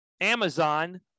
Amazon